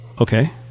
Okay